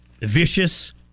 vicious